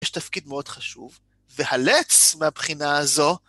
יש תפקיד מאוד חשוב, והלץ מהבחינה הזו.